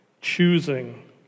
choosing